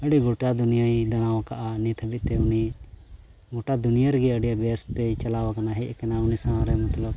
ᱟᱹᱰᱤ ᱜᱚᱴᱟ ᱫᱩᱱᱤᱭᱟᱹᱭ ᱫᱟᱬᱟ ᱟᱠᱟᱫᱼᱟ ᱱᱤᱛ ᱦᱟᱹᱵᱤᱡᱛᱮ ᱩᱱᱤ ᱜᱚᱴᱟ ᱫᱩᱱᱤᱭᱟᱹ ᱨᱮᱜᱮ ᱟ ᱰᱤ ᱵᱮᱥᱛᱮᱭ ᱪᱟᱞᱟᱣ ᱟᱠᱟᱱᱟ ᱦᱮᱡ ᱟᱠᱟᱱᱟᱭ ᱩᱱᱤ ᱥᱟᱶᱨᱮ ᱢᱚᱛᱞᱚᱵᱽ